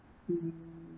mm